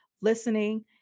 listening